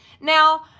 Now